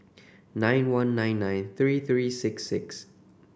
nine one nine nine three three six six